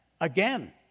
again